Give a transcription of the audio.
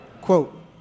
quote